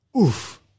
Oof